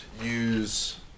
use